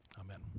Amen